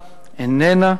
איננה,